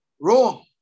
wrong